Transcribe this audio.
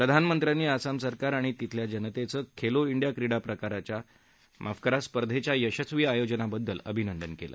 प्रधानमंत्र्यांनी आसाम सरकार आणि तिथल्या जनतेचं खेलो इंडिया क्रिडा स्पर्धेच्या यशस्वी आयोजनाबद्दल अभिनंदन केलं